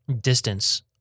distance